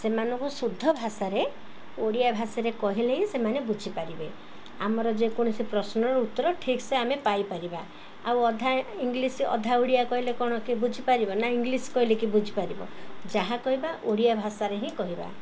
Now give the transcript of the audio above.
ସେମାନଙ୍କୁ ଶୁଦ୍ଧ ଭାଷାରେ ଓଡ଼ିଆ ଭାଷାରେ କହିଲେ ହିଁ ସେମାନେ ବୁଝିପାରିବେ ଆମର ଯେକୌଣସି ପ୍ରଶ୍ନର ଉତ୍ତ ଠିକ୍ସେ ଆମେ ପାଇପାରିବା ଆଉ ଅଧା ଇଂଲିଶ୍ ଅଧା ଓଡ଼ିଆ କହିଲେ କ'ଣ କି ବୁଝିପାରିବ ନା ଇଂଲିଶ୍ କହିଲେ କି ବୁଝିପାରିବ ଯାହା କହିବା ଓଡ଼ିଆ ଭାଷାରେ ହିଁ କହିବା